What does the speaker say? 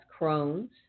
Crohn's